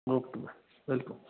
okay welcome